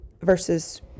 versus